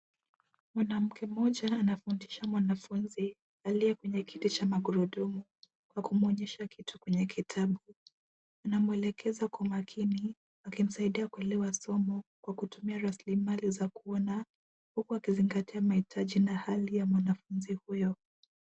Mwanamke mmoja anafundisha mwanafunzi aliye kwenye kiti cha magurudumu, kwa kumwonyesha kitu kwenye kitabu. Anamwelekeza kwa makini akimsaidia kuelewa somo, kwa kutumia rasilimali za kuona huku akizingatia mahitaji na hali ya mwanafunzi huyo.